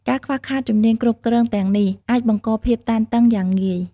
ការខ្វះខាតជំនាញគ្រប់គ្រងទាំងនេះអាចបង្កភាពតានតឹងយ៉ាងងាយ។